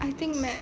I think that